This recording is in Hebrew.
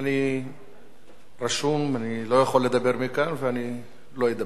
אני רשום, אני לא יכול לדבר מכאן ואני לא אדבר.